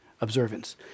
observance